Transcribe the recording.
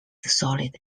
solid